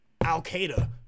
al-qaeda